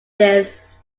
this